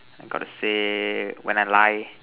I've got to say when I lie